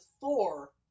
Thor